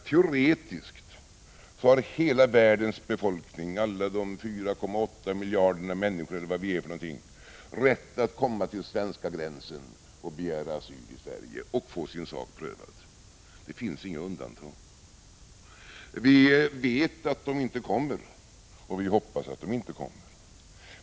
Teoretiskt har hela världens befolkning — alla de 4,8 miljarderna människor, eller hur många vi nu är — rätt att komma till svenska gränsen och begära asyl i Sverige och få sin sak prövad. Det finns inga undantag. Vi vet att de inte kommer. Och vi hoppas att de inte kommer.